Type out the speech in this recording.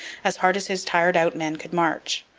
as hard as his tired-out men could march.